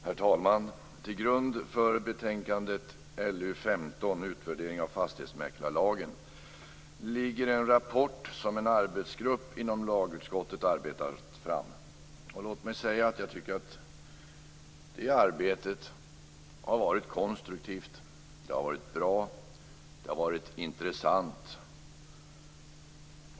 Herr talman! Till grund för betänkandet LU15 Utvärdering av fastighetsmäklarlagen ligger en rapport som en arbetsgrupp inom lagutskottet har arbetat fram. Det arbetet har varit konstruktivt, bra och intressant.